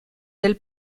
del